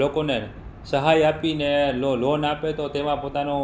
લોકોને સહાય આપીને લોન આપે તો તેવા પોતાનું